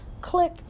Click